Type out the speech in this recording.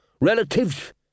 Relatives